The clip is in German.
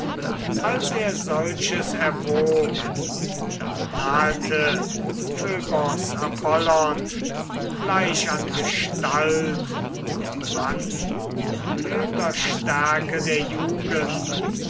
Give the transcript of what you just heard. als er solches erwog da nahete phöbos apollon gleich an gestalt dem mann in blühender stärke der jugend